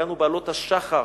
הגענו בעלות השחר